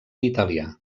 italià